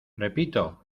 repito